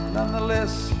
Nonetheless